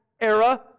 era